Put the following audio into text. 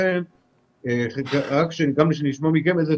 לכן חשוב לי מאוד שנשמע מהוועדה איזשהו